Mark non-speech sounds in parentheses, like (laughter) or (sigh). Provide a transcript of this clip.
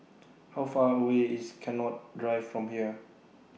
(noise) How Far away IS Connaught Drive from here